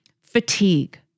fatigue